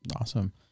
Awesome